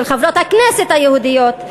של חברות הכנסת היהודיות,